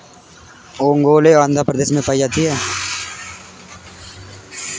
ओंगोले आंध्र प्रदेश में पाई जाती है